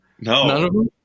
No